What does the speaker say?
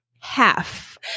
half